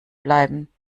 bleiben